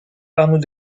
arnaud